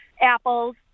apples